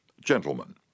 Gentlemen